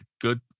good